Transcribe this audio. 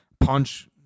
punch